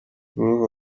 groove